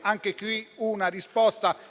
Anche qui, una risposta tempestiva